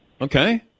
okay